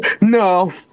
No